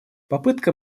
попытка